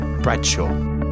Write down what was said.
Bradshaw